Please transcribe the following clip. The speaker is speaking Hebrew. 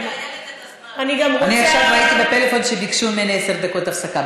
אני עכשיו ראיתי בפלאפון שביקשו ממני עשר דקות הפסקה.